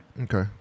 Okay